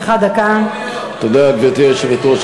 התאחדויות ואיגודי ספורט),